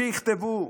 שיכתבו,